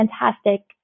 fantastic